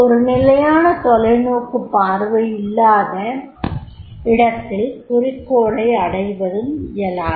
ஒரு நிலையான தொலைநோக்குப் பார்வை இல்லாத இடத்தில் குறிக்கோளை அடைவதும் இயலாது